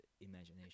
imagination